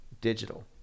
digital